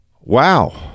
Wow